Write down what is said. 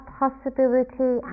possibility